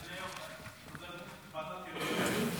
להעביר לוועדת חינוך.